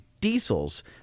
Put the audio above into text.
diesels